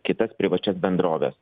kitas privačias bendroves